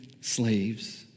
slaves